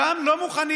שם לא מוכנים